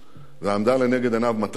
ועמדה לנגד עיניו מטרה אחת: